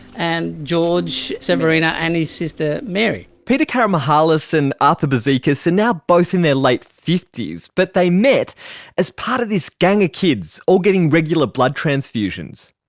and george severina and his sister mary. peter karamihalis and arthur bozikas are so now both in their late fifty s, but they met as part of this gang of kids all getting regular blood transfusions.